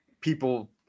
people